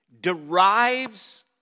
derives